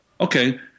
okay